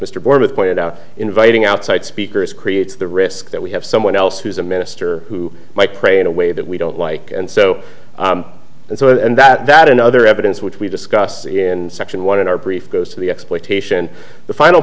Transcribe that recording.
mr born with pointed out inviting outside speakers creates the risk that we have someone else who's a minister who might pray in a way that we don't like and so and so and that and other evidence which we discussed in section one in our brief goes to the exploitation the final